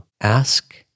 ask